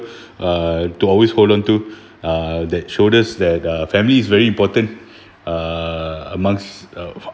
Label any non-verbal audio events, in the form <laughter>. uh to always hold onto <breath> uh that show us that uh family is very important uh amongst uh